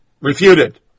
Refuted